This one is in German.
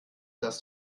dass